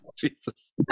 jesus